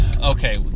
okay